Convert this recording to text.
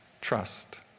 Trust